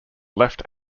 left